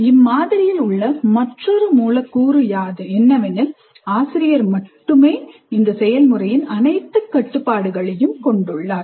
இம்மாதிரி உள்ள மற்றொரு மூலக்கூறு என்னவெனில் ஆசிரியர் மட்டுமே இந்த செயல்முறையின் அனைத்து கட்டுப்பாடுகளையும் கொண்டுள்ளார்